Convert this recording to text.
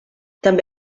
també